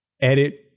edit